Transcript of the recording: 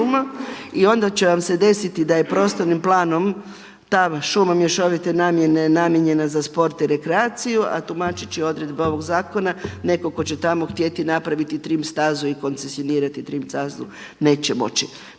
i onda će vam se desiti da je prostornim planom ta šuma mješovite namjene namijenjena za sport i rekreaciju, a tumačit će odredbe ovog zakona neko tko će tamo htjeti napraviti trim stazu i koncesionirati trim stazu neće moći.